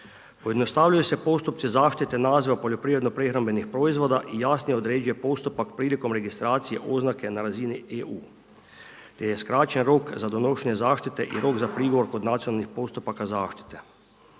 Pojednostavljuje se postupci zaštite naziva poljoprivredno prehrambenih proizvoda i jasno određuje postupak prilikom registracije oznake na razini EU te je skraćen rok za donošenje zaštite i rok za prigovor kod nacionalnih postupaka zaštite.